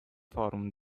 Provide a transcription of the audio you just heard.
forum